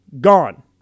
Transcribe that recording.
gone